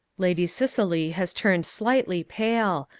lady cicely has turned slightly pale.